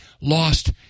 lost